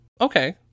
Okay